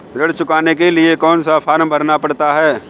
ऋण चुकाने के लिए कौन सा फॉर्म भरना पड़ता है?